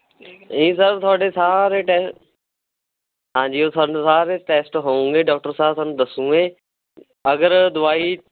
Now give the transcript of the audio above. ਇਹ ਸਰ ਤੁਹਾਡੇ ਸਾਰੇ ਟੈ ਹਾਂਜੀ ਉਹ ਤੁਹਾਨੂੰ ਸਾਰੇ ਟੈਸਟ ਹੋਊਂਗੇ ਡਾਕਟਰ ਸਾਹਿਬ ਤੁਹਾਨੂੰ ਦੱਸੂਗੇ ਅਗਰ ਦਵਾਈ